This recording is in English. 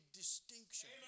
distinction